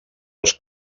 els